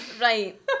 Right